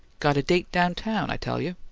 got date down-town, i tell you.